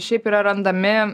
šiaip yra randami